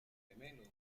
gemelos